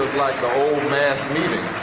like the old mass meetings.